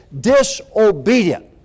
disobedient